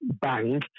bang